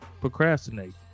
procrastinate